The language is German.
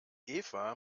eva